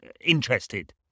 interested